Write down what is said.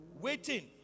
waiting